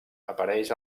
apareix